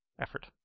Effort